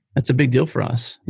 that's a big deal for us.